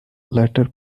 latter